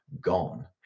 gone